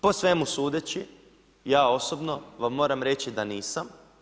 Po svemu sudeći ja osobno vam moram reći da nisam.